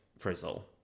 Frizzle